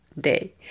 day